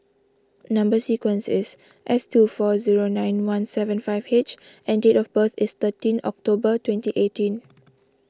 Number Sequence is S two four zero nine one seven five H and date of birth is thirteen October twenty eighteen